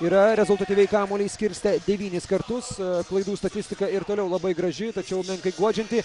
yra rezultatyviai kamuolį skirstę devynis kartus klaidų statistika ir toliau labai graži tačiau menkai guodžianti